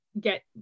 get